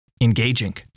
engaging